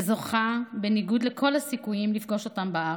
וזוכה, כנגד כל הסיכויים, לפגוש אותם בארץ.